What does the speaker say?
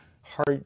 heart